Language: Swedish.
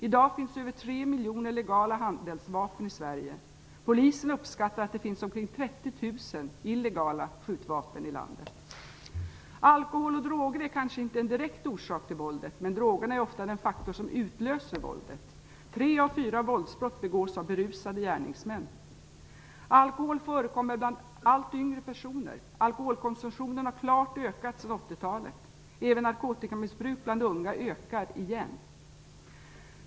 I dag finns det över 3 miljoner legala handeldvapen i Sverige. Polisen uppskattar att det finns omkring 30 000 illegala skjutvapen i landet. Alkohol och droger är kanske inte en direkt orsak till våldet, men drogerna är ofta den faktor som utlöser våldet. Tre av fyra våldsbrott begås av berusade gärningsmän. Alkohol förekommer bland allt yngre personer. Alkoholkonsumtionen har klart ökat sedan 1980-talet. Även narkotikamissbruk bland unga ökar igen.